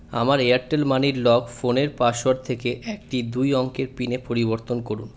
আমার Airtel money এর lock ফোনের পাসওয়ার্ড থেকে একটি দুই অঙ্কের পিনে পরিবর্তন করুন